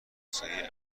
توسعه